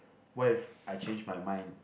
what if I change my mind